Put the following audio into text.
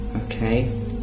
Okay